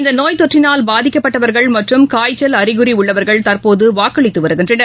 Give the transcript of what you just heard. இந்த நோய் தொற்றினால் பாதிக்கப்பட்டவர்கள் மற்றும் காய்ச்சல் அறிகுறி உள்ளவர்கள் தற்போது வாக்களித்து வருகின்றனர்